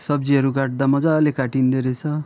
सब्जीहरू काट्दा मजाले काटिँदो रहेछ